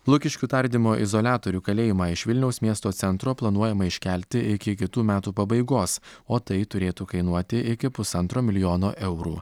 lukiškių tardymo izoliatorių kalėjimą iš vilniaus miesto centro planuojama iškelti iki kitų metų pabaigos o tai turėtų kainuoti iki pusantro milijono eurų